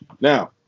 Now